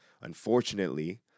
Unfortunately